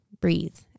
breathe